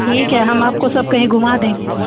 ठीक है हम आपको सब कही घुमा देंगे